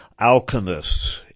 alchemists